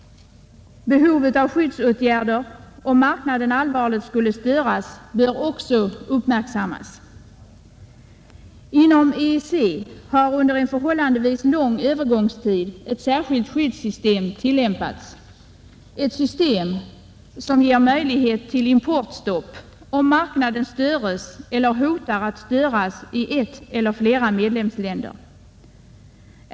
Behovet av skyddsåtgärder om marknaden skulle störas allvarligt bör också uppmärksammas. Inom EEC har under en förhållandevis lång övergångstid ett särskilt skyddssystem tillämpats, som ger möjligheter till importstopp om marknaden störs eller hotas att störas i ett eller flera medlemsländer.